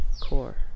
core